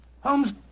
Holmes